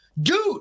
Dude